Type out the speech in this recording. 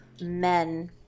Men